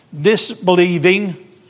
disbelieving